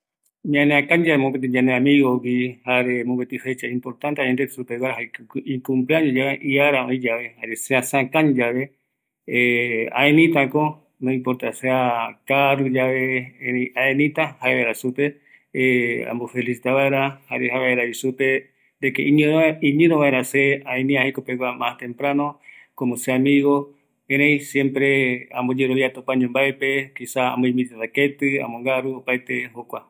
﻿Ñaneakañi yave mopeti yande amigogui, jare mopeti fecha importanteva jaeko, ikumpleaño yava, iara oiyave, jare se, seakañi yave aeniitako, no importa sea karu yave, erei aeniita jaevaera supe, ambo felicita vaera, jare jaevaeravi supe de que iñorovaera se, aeniia jekopegua ma temprano, komo se amigo, erei siempre, se amboyeroviat opaño mbaepe, kiza amboinvitata keti ambongaru opaete jokua